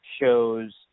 shows